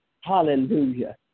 Hallelujah